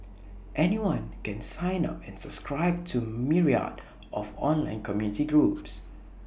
anyone can sign up and subscribe to myriad of online community groups